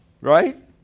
Right